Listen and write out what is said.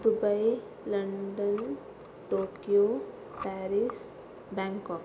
Dubai London Tokyo Paris Bangkok